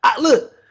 Look